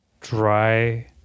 dry